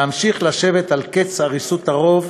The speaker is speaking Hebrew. להמשיך לשבת על כס עריצות הרוב,